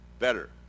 better